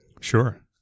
sure